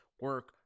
Work